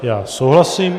Já souhlasím.